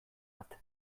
bat